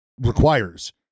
Requires